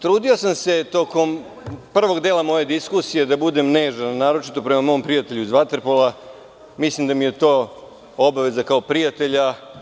Trudio sam se tokom prvog dela moje diskusije da budem nežan, naročito prema mom prijatelju iz vaterpola, mislim da mi je to obaveza kao prijatelja.